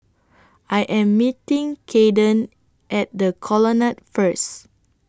I Am meeting Caden At The Colonnade First